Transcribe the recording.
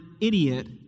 idiot